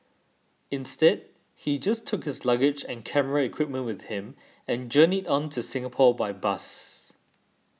instead he just took his luggage and camera equipment with him and journeyed on to Singapore by bus